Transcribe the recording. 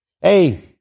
Hey